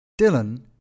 Dylan